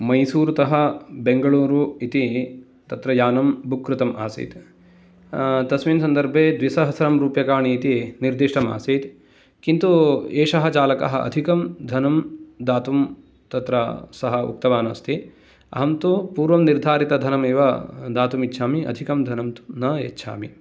मैसुरुतः बेङ्गलुरू इति तत्र यानं बुक् कृतम् आसीत् तस्मिन् सन्दर्भे द्विसहस्रं रूप्यकाणि इति निर्दिष्टम् आसीत् किन्तु एषः चालकः अधिकं धनं दातुं तत्र सः उक्तवान् अस्ति अहं तु पूर्वं निर्धारितधनं एव दातुं इच्छामि अधिकं धनं तु न इच्छामि